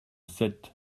sept